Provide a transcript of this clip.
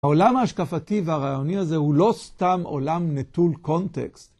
העולם ההשקפתי והרעיוני הזה הוא לא סתם עולם נטול קונטקסט.